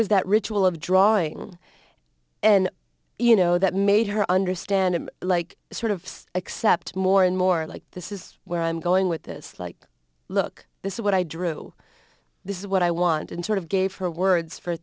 was that ritual of drawing and you know that made her understand it like sort of except more and more like this is where i'm going with this like look this is what i drew this is what i want and sort of gave her words for